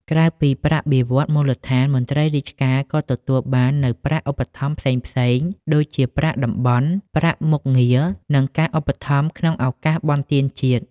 ក្រៅពីប្រាក់បៀវត្សរ៍មូលដ្ឋាន មន្ត្រីរាជការក៏ទទួលបាននូវប្រាក់ឧបត្ថម្ភផ្សេងៗ ដូចជាប្រាក់តំបន់ ប្រាក់មុខងារ និងការឧបត្ថម្ភក្នុងឱកាសបុណ្យទានជាតិ។